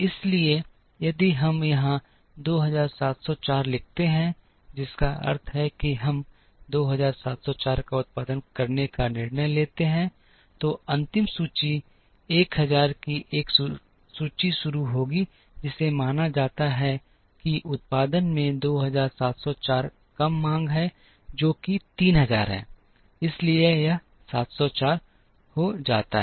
इसलिए यदि हम यहां 2704 लिखते हैं जिसका अर्थ है कि हम 2704 का उत्पादन करने का निर्णय लेते हैं तो अंतिम सूची 1000 की एक सूची शुरू होगी जिसे माना जाता है कि उत्पादन में 2704 कम मांग है जो कि 3000 है इसलिए यह 704 हो जाता है